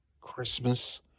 Christmas